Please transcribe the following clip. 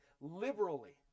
liberally